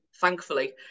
thankfully